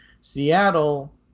seattle